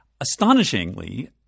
astonishingly